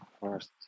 first